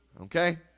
Okay